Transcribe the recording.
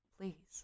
Please